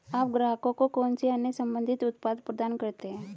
आप ग्राहकों को कौन से अन्य संबंधित उत्पाद प्रदान करते हैं?